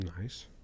Nice